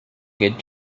good